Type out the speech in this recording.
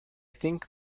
think